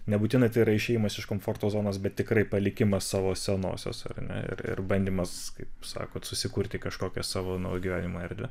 nebūtinai tai yra išėjimas iš komforto zonos bet tikrai palikimas savo senosios ar ne ir bandymas kaip sakot susikurti kažkokią savo naujo gyvenimo erdvę